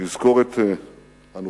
לזכור את הנופלים,